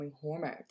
hormones